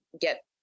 get